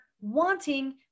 wanting